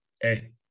hey